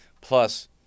Plus